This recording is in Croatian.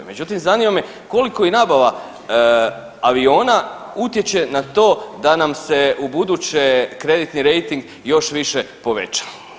Međutim, zanima koliko i nabava aviona utječe na to da nam se ubuduće kreditni rejting još više poveća?